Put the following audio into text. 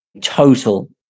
total